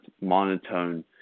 monotone